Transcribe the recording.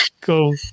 cool